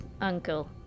Uncle